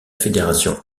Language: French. fédération